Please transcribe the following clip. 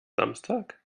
samstag